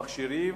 למכשירים